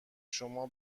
شما